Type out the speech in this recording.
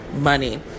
money